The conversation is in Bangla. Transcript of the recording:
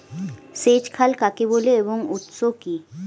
সেচ খাল কাকে বলে এর উৎস কি?